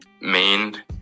main